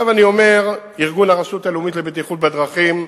עכשיו אני אומר: ארגון הרשות הלאומית לבטיחות בדרכים,